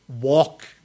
walk